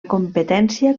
competència